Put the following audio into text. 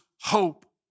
hope